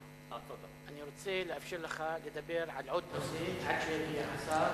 אני רוצה לאפשר לך לדבר על עוד נושא עד שיגיע השר.